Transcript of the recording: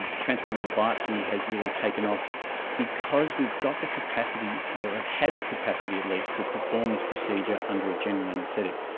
and transperineal biopsy has really taken off because we've got the capacity or have had the capacity at least to perform this procedure under a general anaesthetic.